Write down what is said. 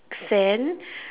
fan